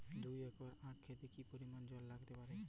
দুই একর আক ক্ষেতে কি পরিমান জল লাগতে পারে?